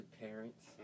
parents